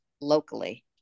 locally